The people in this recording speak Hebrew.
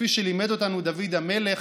כפי שלימד אותנו דוד המלך: